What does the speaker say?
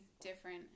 different